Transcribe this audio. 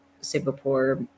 singapore